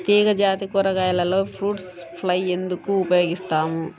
తీగజాతి కూరగాయలలో fruit fly ఎందుకు ఉపయోగిస్తాము?